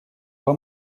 два